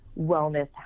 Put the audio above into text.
wellness